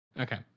Okay